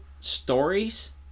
stories